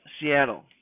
Seattle